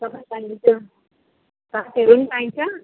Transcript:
सबै पाइन्छ भातहरू पनि पाइन्छ